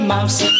Mouse